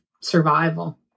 survival